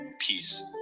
Peace